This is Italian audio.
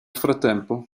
frattempo